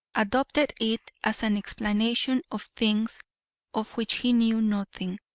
adopted it as an explanation of things of which he knew nothing.